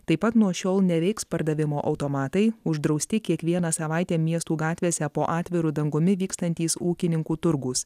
taip pat nuo šiol neveiks pardavimo automatai uždrausti kiekvieną savaitę miestų gatvėse po atviru dangumi vykstantys ūkininkų turgūs